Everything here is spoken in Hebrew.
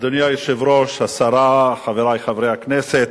אדוני היושב-ראש, השרה, חברי חברי הכנסת,